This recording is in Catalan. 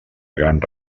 gran